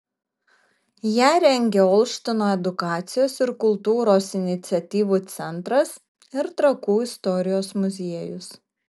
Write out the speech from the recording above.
ją rengia olštyno edukacijos ir kultūros iniciatyvų centras ir trakų istorijos muziejus